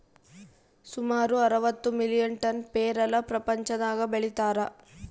ಸುಮಾರು ಅರವತ್ತು million ton ಪೇರಲ ಪ್ರಪಂಚದಾಗ ಬೆಳೀತಾರ